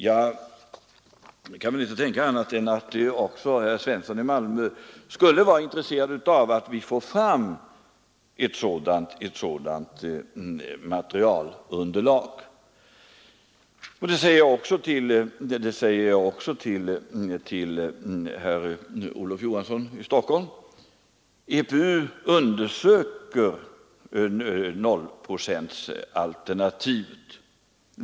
Jag kan inte tänka mig annat än att också herr Svensson i Malmö skulle vara intresserad av att vi får fram ett sådant underlag. Detta säger jag också till herr Olof Johansson i Stockholm. EPU undersöker 0-procentsalternati vet.